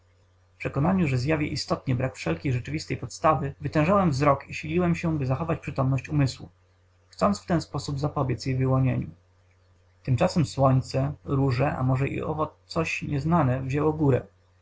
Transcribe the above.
w przekonaniu że zjawie istotnie brak wszelkiej rzeczywistej podstawy wytężałem wzrok i siliłem się by zachować przytomność umysłu chcąc w ten sposób zapobiedz jej wyłonieniu tymczasem słońce róże a może i owo coś nieznane wzięło górę